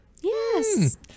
yes